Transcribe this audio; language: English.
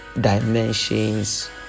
dimensions